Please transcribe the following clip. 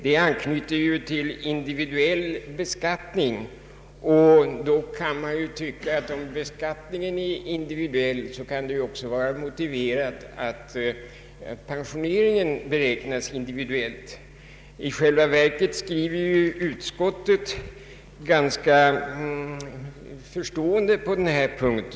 När man går över till individuell beskattning kan man ju tycka att det också kan vara motiverat att pensionen beräknas individuellt. I själva verket skriver utskottet ganska förstående på denna punkt.